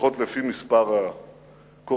לפחות לפי מספר הקורבנות,